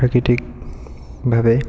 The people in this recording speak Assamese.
প্ৰাকৃতিকভাৱে